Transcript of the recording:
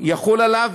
יחול עליו,